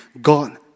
God